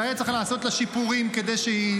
שהיה צריך לעשות לה שיפורים כדי שהיא